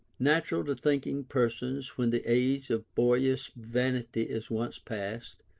natural to thinking persons when the age of boyish vanity is once past,